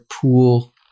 pool